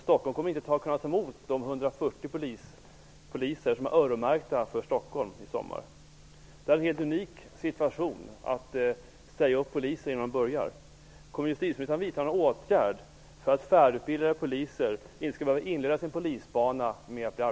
Stockholm kommer inte att i sommar kunna ta emot de 140 poliser som skulle tjänstgöra i Stockholm. Det är en helt unik situation att säga upp poliser innan de börjar.